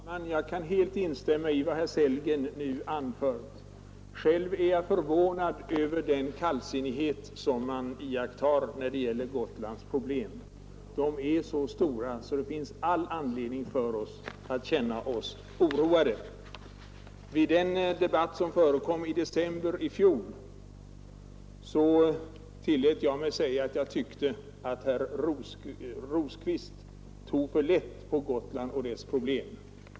Fru talman! Jag kan helt instämma i vad herr Sellgren nu anfört. Själv är jag förvånad över den kallsinnighet som man iakttar när det gäller Gotlands problem. Dessa är så stora att det finns all anledning för oss att känna oss oroade. Vid den debatt som förekom i december i fjol tillät jag mig säga att jag tyckte att herr Rosqvist tog för lätt på Gotland och dess problem.